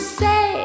say